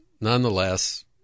nonetheless